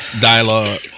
dialogue